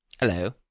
Hello